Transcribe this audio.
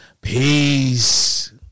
peace